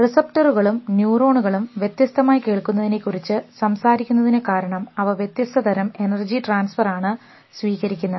റിസപ്റ്ററുകളും ന്യൂറോണുകളും വ്യത്യസ്തമായി കേൾക്കുന്നതിനെകുറിച്ച് സംസാരിക്കുന്നതിന് കാരണം അവ വ്യത്യസ്ത തരം എനർജി ട്രാൻസ്ഫർ ആണ് സ്വീകരിക്കുന്നത്